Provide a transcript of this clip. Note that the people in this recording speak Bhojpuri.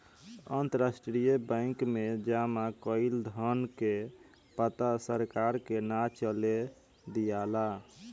अंतरराष्ट्रीय बैंक में जामा कईल धन के पता सरकार के ना चले दियाला